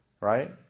Right